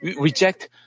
reject